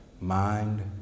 mind